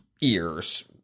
ears